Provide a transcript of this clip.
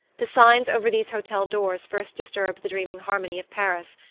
the signs over these hotel doors first disturbed the dreaming harmony of paris.